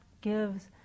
gives